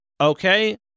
okay